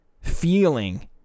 feeling